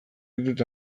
ditut